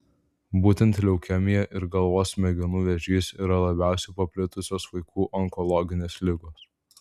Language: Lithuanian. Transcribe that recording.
būtent leukemija ir galvos smegenų vėžys yra labiausiai paplitusios vaikų onkologinės ligos